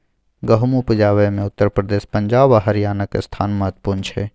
गहुम उपजाबै मे उत्तर प्रदेश, पंजाब आ हरियाणा के स्थान महत्वपूर्ण छइ